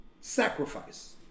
sacrifice